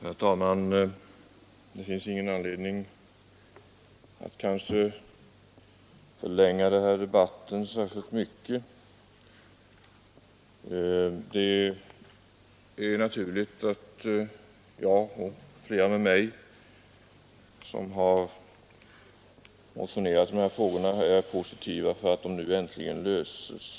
Herr talman! Det finns ingen anledning att förlänga den här debatten särskilt mycket. Det är naturligt att jag och flera med mig som har motionerat i dessa frågor är positiva till att de nu äntligen löses.